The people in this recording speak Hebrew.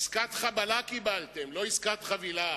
עסקת חבלה קיבלתם, לא עסקת חבילה.